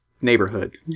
neighborhood